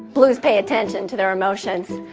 blues pay attention to their emotions,